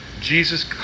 Jesus